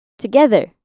Together